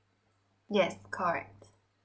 yes correct